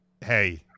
hey